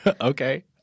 Okay